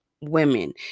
women